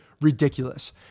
ridiculous